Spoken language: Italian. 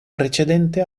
precedente